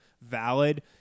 valid